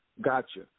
Gotcha